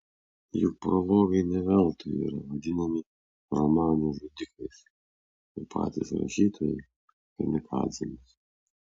juk prologai ne veltui yra vadinami romanų žudikais o patys rašytojai kamikadzėmis